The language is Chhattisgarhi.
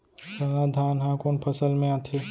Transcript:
सरना धान ह कोन फसल में आथे?